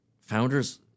founders